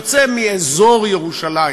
יוצא מאזור ירושלים.